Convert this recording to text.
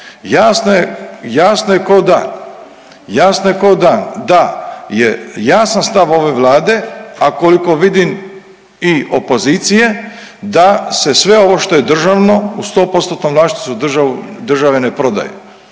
jasno je kao dan da je jasan stav ove Vlade a koliko vidim i opozicije da se sve ovo što je državno u 100%-tnom vlasništvu države ne prodaje.